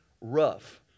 rough